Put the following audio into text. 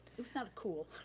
it's not cool.